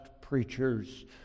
preachers